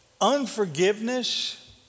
Unforgiveness